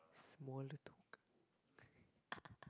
smaller token